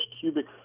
cubic